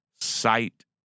sight